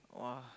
!wah!